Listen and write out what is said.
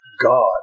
God